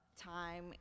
time